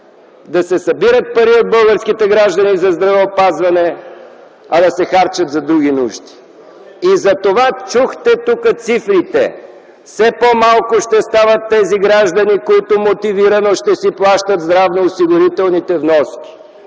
да се събират пари от българските граждани за здравеопазване, а да се харчат за други нужди. Затова чухте тук цифрите – все по-малко ще стават тези граждани, които мотивирано ще си плащат здравноосигурителните вноски,